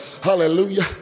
hallelujah